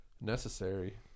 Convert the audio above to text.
necessary